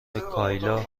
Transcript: کایلا